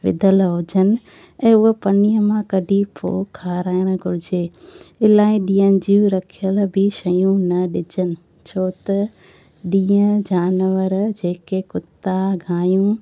विधल हुजनि ऐं हूअ पन्नीअ मां कढी पोइ खाराइणु घुरिजे इलाही ॾींहंनि जी रखियल बि शयूं न ॾिजनि छो त ॾींहं जानवर जेके कुता गांयूं ऐं